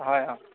হয় অ'